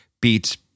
beats